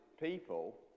people